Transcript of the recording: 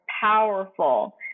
powerful